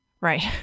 Right